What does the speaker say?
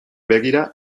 begira